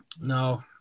no